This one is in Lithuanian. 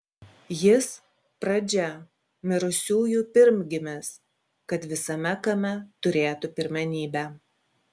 jis pradžia mirusiųjų pirmgimis kad visame kame turėtų pirmenybę